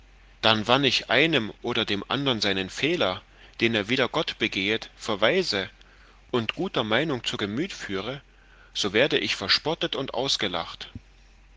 dann wann ich einem oder dem andern seinen fehler den er wider gott begehet verweise und guter meinung zu gemüt führe so werde ich verspottet und ausgelacht